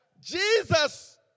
Jesus